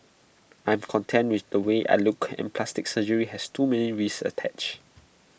I am content with the way I look and plastic surgery has too many risks attached